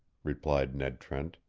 replied ned trent.